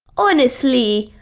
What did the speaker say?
honestly!